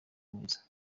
mwiza